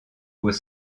aux